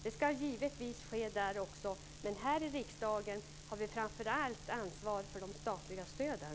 Det ska givetvis ske där också. Men här i riksdagen har vi framför allt ansvar för de statliga stöden.